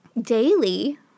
daily